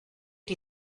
die